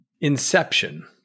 Inception